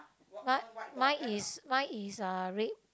mine mine is mine is uh red